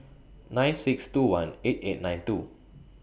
nine six two one eight eight nine two